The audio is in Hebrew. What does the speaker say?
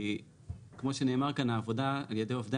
כי כמו שנאמר כאן העבודה על ידי עובדי